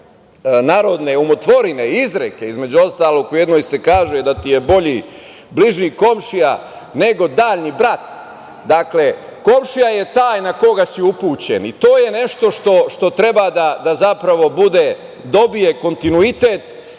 narodne umotvorine, izreke. Između ostalog, u jednoj se kaže – da ti je bliži komšija nego daljni brat. Dakle, komšija je taj na koga si upućen. To je nešto što treba da zapravo dobije kontinuitet